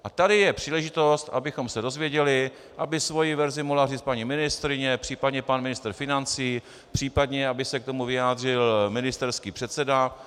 A tady je příležitost, abychom se dozvěděli, aby svoji verzi mohla říct paní ministryně, případně pan ministr financí, případně aby se k tomu vyjádřil ministerský předseda.